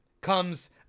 comes